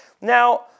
Now